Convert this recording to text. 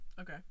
Okay